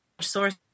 source